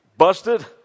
Busted